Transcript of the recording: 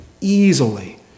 easily